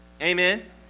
Amen